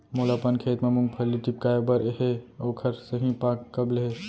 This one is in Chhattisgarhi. मोला अपन खेत म मूंगफली टिपकाय बर हे ओखर सही पाग कब ले हे?